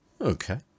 Okay